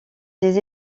des